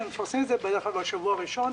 אנחנו מפרסמים את זה בדרך כלל בשבוע הראשון